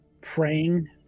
praying